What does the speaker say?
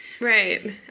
Right